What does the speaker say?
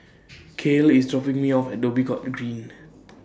Kael IS dropping Me off At Dhoby Ghaut Green